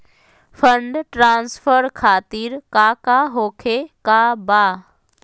Fund transfer खातिर काका होखे का बा?